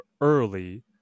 early